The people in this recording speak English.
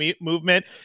movement